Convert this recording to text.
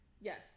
Yes